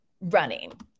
running